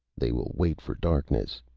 they will wait for darkness.